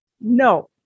No